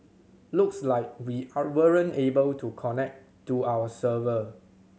looks like we are weren't able to connect to our server